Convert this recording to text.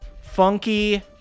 Funky